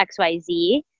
XYZ